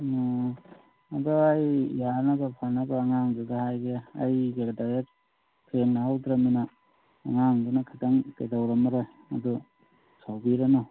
ꯑꯣ ꯑꯗꯣ ꯑꯩ ꯌꯥꯅꯕ ꯐꯅꯕ ꯑꯉꯥꯡꯗꯨꯗ ꯍꯥꯏꯒꯦ ꯑꯩꯒꯗ ꯊꯦꯡꯅꯍꯧꯗ꯭ꯔꯃꯤꯅ ꯑꯉꯥꯡꯗꯨꯅ ꯈꯤꯇꯪ ꯀꯩꯗꯧꯔꯝꯃꯔꯣꯏ ꯑꯗꯨ ꯁꯥꯎꯕꯤꯔꯅꯨ